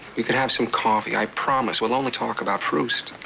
we could have some coffee. i promise, we'll only talk about proust.